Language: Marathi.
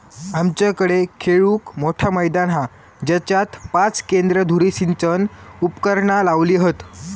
आमच्याकडे खेळूक मोठा मैदान हा जेच्यात पाच केंद्र धुरी सिंचन उपकरणा लावली हत